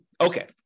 Okay